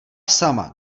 sama